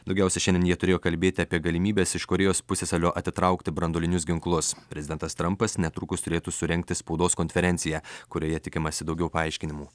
daugiausiai šiandien jie turėjo kalbėti apie galimybes iš korėjos pusiasalio atitraukti branduolinius ginklus prezidentas trampas netrukus turėtų surengti spaudos konferenciją kurioje tikimasi daugiau paaiškinimų